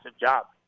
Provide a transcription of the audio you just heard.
job